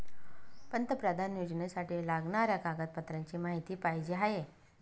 पंतप्रधान योजनेसाठी लागणाऱ्या कागदपत्रांची माहिती पाहिजे आहे